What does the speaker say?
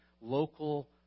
local